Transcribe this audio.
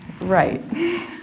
Right